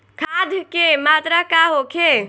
खाध के मात्रा का होखे?